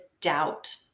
doubt